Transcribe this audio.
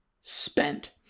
spent